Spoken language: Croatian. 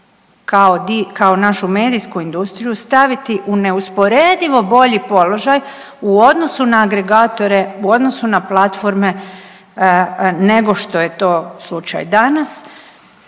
kao našu medijsku industriju staviti u neusporedivo bolji položaj u odnosu na agregatore, u odnosu na platforme nego što je to slučaj danas.